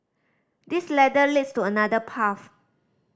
this ladder leads to another path